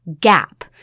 gap